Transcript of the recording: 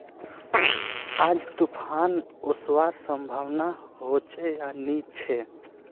आज तूफ़ान ओसवार संभावना होचे या नी छे?